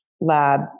lab